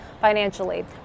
financially